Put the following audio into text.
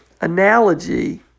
analogy